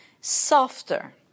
softer